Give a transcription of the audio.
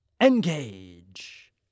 Engage